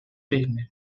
cisnes